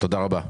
תודה רבה.